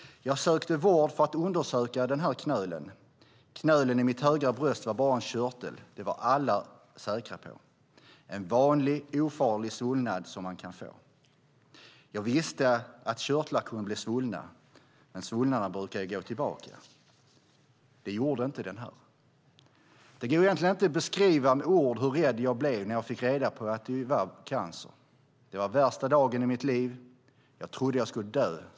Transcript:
Jag sökte vård för att undersöka knölen. Knölen i mitt högra bröst var bara en körtel, det var alla säkra på, en vanlig och ofarlig svullnad som man kan få. Jag visste att körtlar kan bli lite svullna, men svullnader brukar ju gå tillbaka. Det gjorde inte den här. Det går egentligen inte att beskriva med ord hur rädd jag blev när jag fick reda på att det var cancer. Det var den värsta dagen i mitt liv. Jag trodde att jag skulle dö.